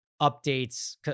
updates